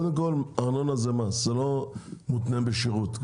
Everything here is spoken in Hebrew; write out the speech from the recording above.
קודם כל, ארנונה זה מס, זה כבר לא מותנה בשירות.